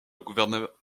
gouverneur